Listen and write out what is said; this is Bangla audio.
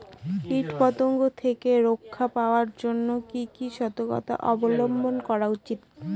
কীটপতঙ্গ থেকে রক্ষা পাওয়ার জন্য কি কি সর্তকতা অবলম্বন করা উচিৎ?